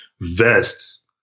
vests